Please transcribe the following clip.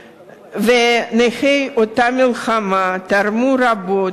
ונכי אותה מלחמה תרמו רבות,